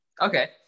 Okay